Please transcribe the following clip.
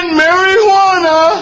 marijuana